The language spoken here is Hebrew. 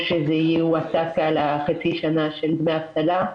או שזה יהיה לחצי שנה של דמי אבטלה?